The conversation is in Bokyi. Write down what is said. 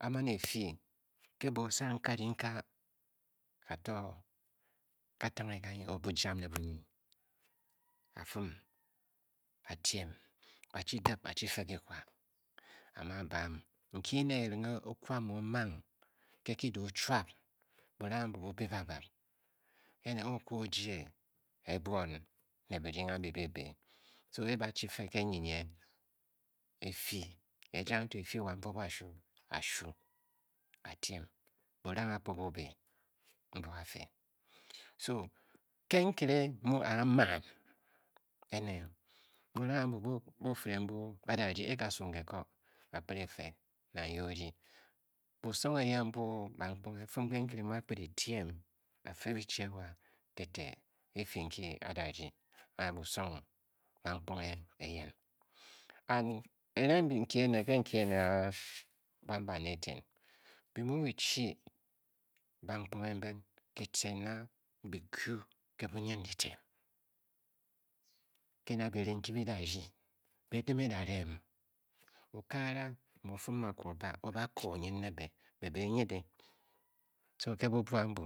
A man e fyi ke bo-osang nkanika ka to katangheg anyi or bujam ne bunyi a fum a-tiem a chi dip a chi fe kikwa, a mu a bam nki ne ereng okwa mu o-nang kr ki da o chuap burang ambu bu bi bab ab ke na a-a okwa o-jie ke bwoon ne birdying ambi bebǐ, so e ba chi fe ke nyinye e fii e janghe to e fu wa mpuob kashu a shuu a tiem buranang akpu bhu be mbu a fe so ke nkere mu a-a man ene burang ambu bu fire mbu ba da rdyi a a kasu nke ko a-kped e-fe nang ye o rdi busong eyen mbu bankponghe fum ke nkere mi a-kpede-tiem a-fe bichi ewa tete ke e fyi nki a dri rdu anyi busong bankponghe eyeni and ereng nki ene aa buan bane eten bi mu byichi bankponghe mben ke tcen na bi-kyu ke bunyindyitiem ke na bi ry nki bi da rdyi be e-dim eda-rem okagara mu o-fum akwu o-ba, o ba koo nyin ne be, be be-e nyide so ke bubuo ambu